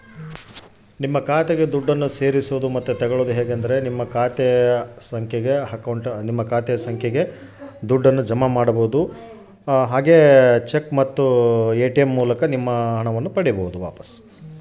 ನನ್ನ ಖಾತೆಗೆ ದುಡ್ಡನ್ನು ಸೇರಿಸೋದು ಮತ್ತೆ ತಗೊಳ್ಳೋದು ಹೇಗೆ?